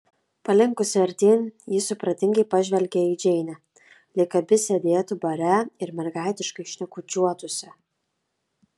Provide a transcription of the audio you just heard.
palinkusi artyn ji supratingai pažvelgė į džeinę lyg abi sėdėtų bare ir mergaitiškai šnekučiuotųsi